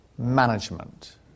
management